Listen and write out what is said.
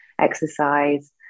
exercise